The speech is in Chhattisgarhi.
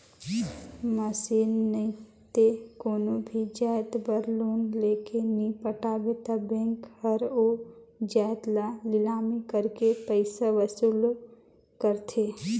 मसीन नइते कोनो भी जाएत बर लोन लेके नी पटाबे ता बेंक हर ओ जाएत ल लिलामी करके पइसा वसूली करथे